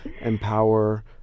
empower